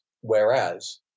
Whereas